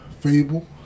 Fable